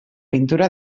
pintura